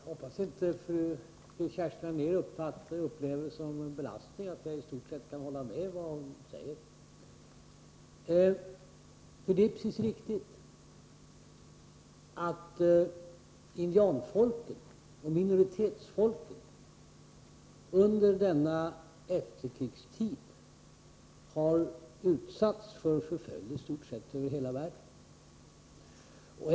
Herr talman! Jag hoppas att inte fru Kerstin Anér upplever det som en belastning att jag i stort sett kan hålla med henne om vad hon säger. Det är nämligen alldeles riktigt att indianfolken och minoritetsfolken under efterkrigstiden har utsatts för förföljelse över i stort sett hela världen.